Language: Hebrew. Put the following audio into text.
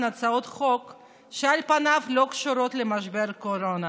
הצעות חוק שעל פניהן לא קשורות למשבר הקורונה,